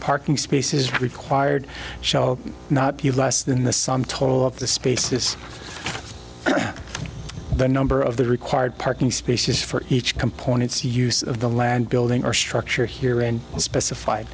parking spaces required shall not be less than the sum total of the spaces the number of the required parking spaces for each components use of the land building or structure here and specified